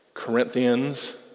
Corinthians